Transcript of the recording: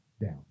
down